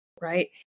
right